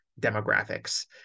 demographics